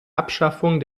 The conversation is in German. abschaffung